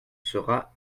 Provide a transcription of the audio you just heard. sera